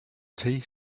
tea